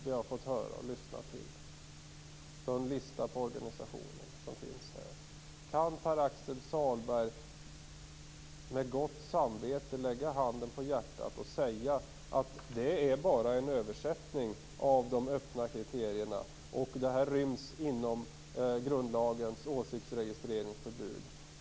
Det är en lista på organisationer. Kan Pär-Axel Sahlberg med gott samvete lägga handen på hjärtat och säga att det bara är en översättning av de öppna kriterierna och att de ryms inom grundlagens förbud mot åsiktsregistrering?